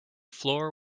floor